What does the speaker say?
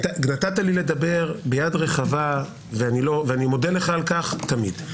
נתת לי לדבר ביד רחבה, ואני מודה לך על כך, תמיד.